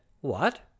What